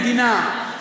מדינה,